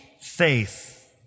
faith